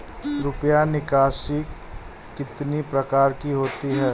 रुपया निकासी कितनी प्रकार की होती है?